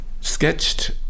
sketched